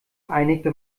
einigte